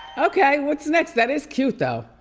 okay, what's next? that is cute though.